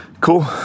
cool